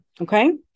okay